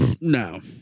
No